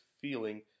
feeling